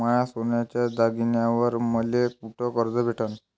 माया सोन्याच्या दागिन्यांइवर मले कुठे कर्ज भेटन?